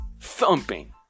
thumping